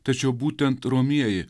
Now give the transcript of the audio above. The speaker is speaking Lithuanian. tačiau būtent romieji